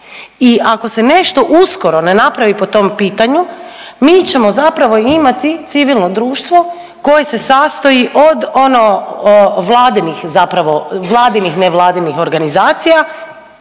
I ako se nešto uskoro ne napravi po tom pitanju mi ćemo zapravo imati civilno društvo koje se sastoji od ono vladinih zapravo, vladinih nevladinih organizacija,